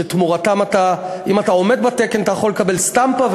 שאם אתה עומד בתקן אתה יכול לקבל סטמפה,